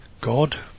God